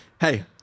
Hey